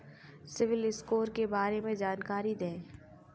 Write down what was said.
CIBIL score के बारे में जानकारी दें?